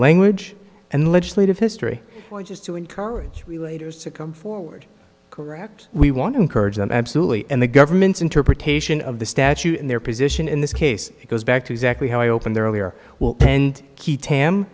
language and legislative history just to encourage to come forward correct we want to encourage them absolutely and the government's interpretation of the statute and their position in this case goes back to exactly how i open their earlier will and key tam